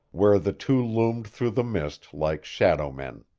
where the two loomed through the mist like shadow-men.